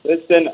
Listen